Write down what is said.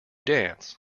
dance